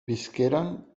visqueren